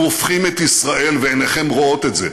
אנחנו הופכים את ישראל, ועיניכם רואות את זה,